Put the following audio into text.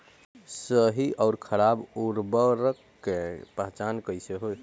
सही अउर खराब उर्बरक के पहचान कैसे होई?